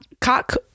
cock